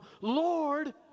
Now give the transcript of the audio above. Lord